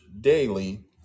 daily